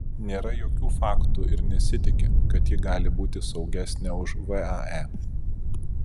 nėra jokių faktų ir nesitiki kad ji gali būti saugesnė už vae